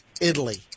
Italy